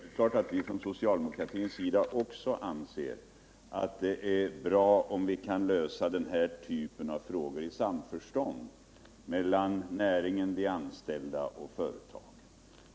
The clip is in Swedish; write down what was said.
Herr talman! Det är självklart att vi från socialdemokratisk sida också anser att det är bra om vi kan lösa den här typen av frågor i samförstånd mellan näringen, de anställda och företaget.